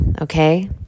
okay